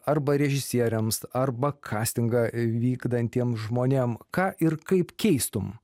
arba režisieriams arba kastingą vykdantiem žmonėm ką ir kaip keistum